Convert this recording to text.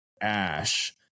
ash